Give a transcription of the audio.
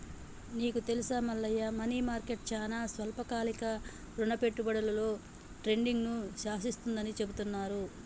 నీకు తెలుసా Mallayya money market చానా స్వల్పకాలిక రుణ పెట్టుబడులలో ట్రేడింగ్ను శాసిస్తుందని చెబుతారు